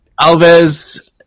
Alves